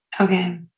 Okay